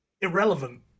irrelevant